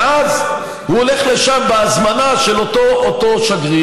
ואז, הוא הולך לשם בהזמנה של אותו שגריר,